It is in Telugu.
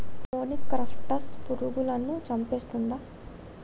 మొనిక్రప్టస్ పురుగులను చంపేస్తుందా?